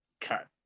Cut